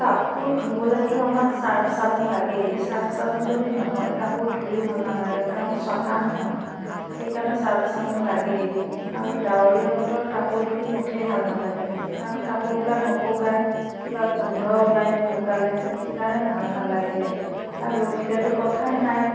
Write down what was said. কাপোৰ ধুবলৈতো আমাক চাৰ্ফ চাবোন লাগেই চাৰ্ফ চাবোন যদি নহয় কাপোৰ ধুয়ো ভাল নালাগে কাৰণ চফা নহয় সেইকাৰণে চাৰ্ফ চাবোন লাগেই আৰু ডাৱৰীয়া বতৰত কাপোৰ ধুই মুঠেই ভাল নালাগে কাৰণ কাপোৰবিলাক নুশুকাই কিবা গোন্ধ ওলাই নুশুকালে সেইকাৰণে ভাল নালাগে আৰু ৰ'দ দিলেতো কথাই নাই